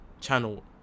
channel